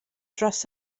dros